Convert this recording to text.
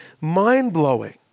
mind-blowing